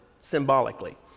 symbolically